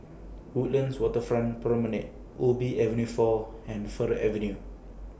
Woodlands Waterfront Promenade Ubi Avenue four and Fir Avenue